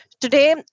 Today